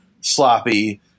sloppy